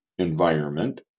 environment